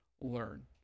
learn